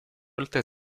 oltre